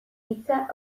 hitza